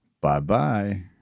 Bye-bye